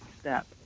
step